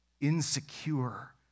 insecure